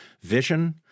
vision